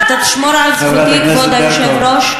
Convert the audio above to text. אתה תשמור על זכותי, כבוד היושב-ראש?